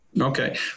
Okay